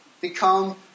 become